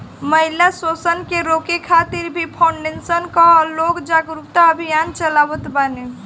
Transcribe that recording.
महिला शोषण के रोके खातिर भी फाउंडेशन कअ लोग जागरूकता अभियान चलावत बाने